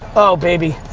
oh baby,